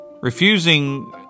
Refusing